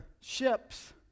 ships